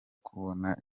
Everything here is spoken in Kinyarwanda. kubona